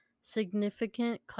significant